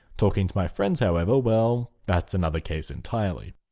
talking to my friends however well, that's another case entirely.